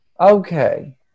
okay